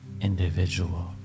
individual